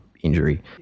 injury